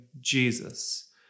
Jesus